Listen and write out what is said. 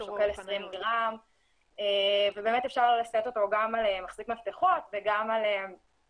שוקל 20 גרם ובאמת אפשר לשאת אותו גם על מחזיק מפתחות וגם בבגד,